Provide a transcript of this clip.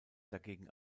dagegen